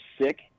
sick